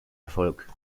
erfolg